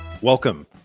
welcome